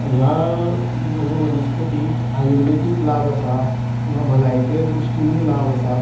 खुबश्यो अश्यो ह्या वनस्पतीक आयुर्वेदीक लाभ आसा किंवा भलायकी दृश्टीनय लाभ आसा